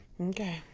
Okay